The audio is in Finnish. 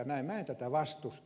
minä en tätä vastusta